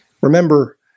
Remember